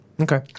Okay